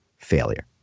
failure